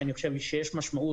כי אני חושב שיש משמעות,